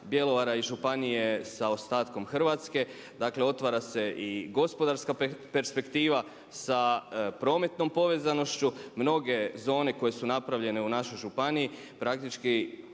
i županije sa ostatkom Hrvatske. Dakle, otvara se i gospodarska perspektiva sa prometnom povezanošću. Mnoge zone koje su napravljene u našoj županiji praktički